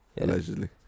Allegedly